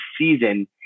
season